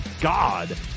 God